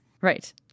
Right